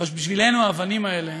אבל בשבילנו האבנים האלה,